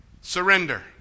Surrender